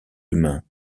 humain